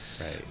Right